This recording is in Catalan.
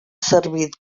servit